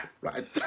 right